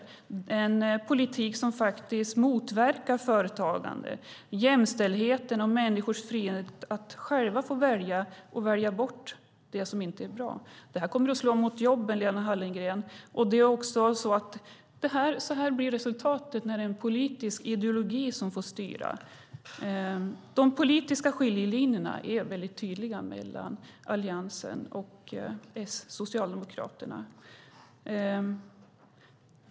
Det är en politik som faktiskt motverkar företagande, jämställdheten och människors frihet att själva få välja och välja bort det som inte är bra. Det här kommer att slå emot jobben, Lena Hallengren, och så blir resultatet när det är en politisk ideologi som får styra. De politiska skiljelinjerna är väldigt tydliga mellan Alliansen och Socialdemokraterna.